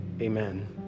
Amen